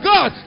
God